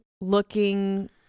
looking